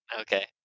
Okay